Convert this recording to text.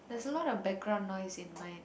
there's a lot of background noise in my